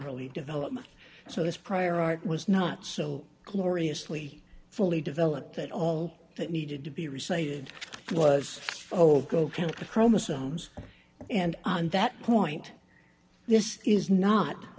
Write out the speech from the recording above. really development so this prior art was not so gloriously fully developed that all that needed to be restated was oh go kind of chromosomes and on that point this is not